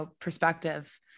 perspective